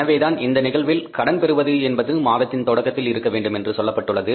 எனவேதான் இந்த நிகழ்வில் கடன் பெறுவது என்பது மாதத்தின் தொடக்கத்தில் இருக்க வேண்டும் என்று சொல்லப்பட்டுள்ளது